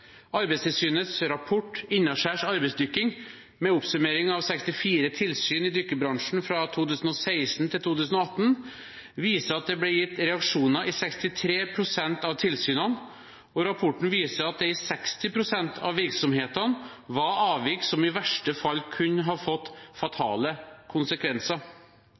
Arbeidstilsynets rapport «Innaskjærs arbeidsdykking», med en oppsummering av 64 tilsyn i dykkerbransjen fra 2016 til 2018, viser at det ble gitt reaksjoner i 63 pst. av tilsynene, og at det i 60 pst. av virksomhetene var avvik som i verste fall kunne fått fatale konsekvenser.